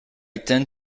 tend